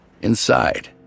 Inside